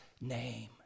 name